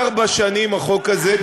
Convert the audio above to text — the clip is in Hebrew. ועד היום, ארבע שנים החוק הזה תקוע.